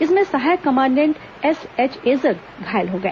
इसमें सहायक commandant SH एजग घायल हो गए